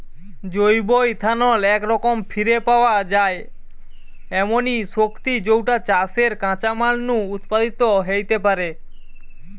জৈব ইথানল একরকম ফিরে পাওয়া যায় এমনি শক্তি যৌটা চাষের কাঁচামাল নু উৎপাদিত হেইতে পারে